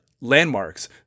landmarks